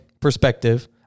perspective